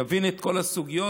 יבין את כל הסוגיות,